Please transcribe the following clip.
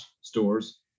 stores